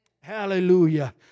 hallelujah